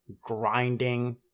grinding